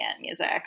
music